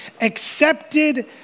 accepted